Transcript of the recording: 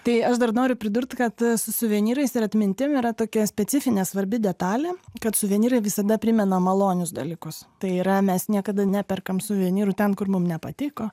tai aš dar noriu pridurt kad su suvenyrais ir atmintim yra tokia specifinė svarbi detalė kad suvenyrai visada primena malonius dalykus tai yra mes niekada neperkam suvenyrų ten kur mum nepatiko